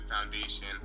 foundation